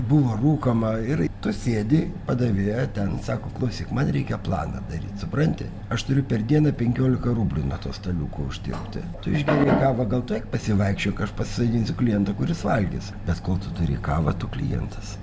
buvo rūkoma ir tu sėdi padavėja ten sako klausyk man reikia planą daryt supranti aš turiu per dieną penkiolika rublių nuo to staliuko uždirbti tu išgėrei kavą gal tu eik pasivaikščiok aš pasisodinsiu klientą kuris valgys bet kol tu turi kavą tu klientas